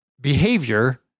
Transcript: behavior